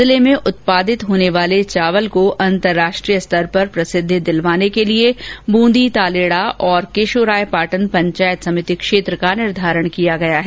जिले में उत्पादित होने वाले चावल को अंतर्राष्ट्रीय स्तर प्र प्रसिद्धि दिलवाने के लिए बूंदी तालेड़ा और केशोरायपाटन पंचायत समिति क्षेत्र का निर्धारण किया गया है